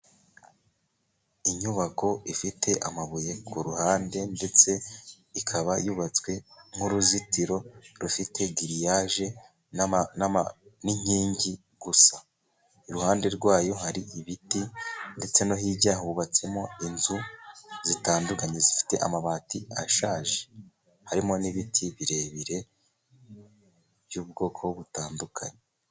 Inyubako ifite amabuye ku ruhande, ndetse ikaba yubatswe nk'uruzitiro rufite giriyaje n'inkingi gusa, iruhande rwayo hari ibiti ndetse no hirya hubatsemo inzu zitandukanye zifite amabati ashaje, harimo n'ibiti birebire by'ubwoko butandukanye.